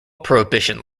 prohibition